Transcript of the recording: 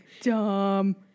dumb